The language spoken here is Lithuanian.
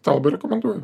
tą labai rekomenduoju